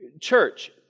Church